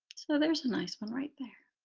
so there's a nice one right there.